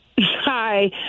Hi